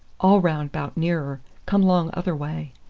all round bout nearer, come long other way.